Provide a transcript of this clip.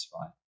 right